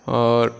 आओर